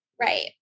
Right